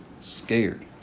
scared